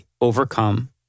overcome